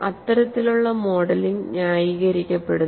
അത്തരത്തിലുള്ള മോഡലിംഗ് ന്യായീകരിക്കപ്പെടുന്നു